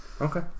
okay